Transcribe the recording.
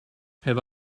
have